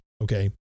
okay